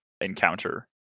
encounter